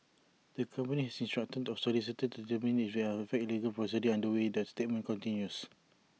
the company has instructed its solicitors to determine if there are fact legal proceedings underway the statement continues